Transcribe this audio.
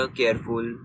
careful